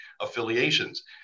affiliations